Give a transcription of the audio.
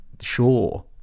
sure